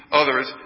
others